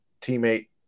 teammate